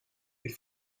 ihr